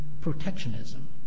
protectionism